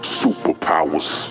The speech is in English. superpowers